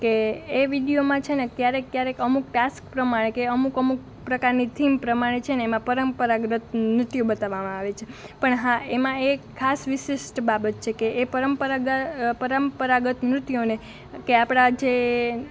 કે એ વિડિઓ માં છે ને ક્યારેક ક્યારેક અમુક ટાસ્ક પ્રમાણે કે અમુક અમુક પ્રકારની થીમ પ્રમાણે છે ને એમાં પરંપરાગત નૃત્યો બતાવવામાં આવે છે પણ હા એમાં એક ખાસ વિશિષ્ટ બાબત છે કે એ પરંપરા પરંપરાગત નૃત્યોને કે આપણા જે